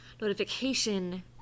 notification